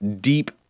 deep